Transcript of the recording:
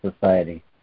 Society